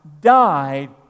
died